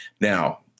Now